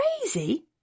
crazy